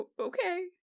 Okay